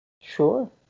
Sure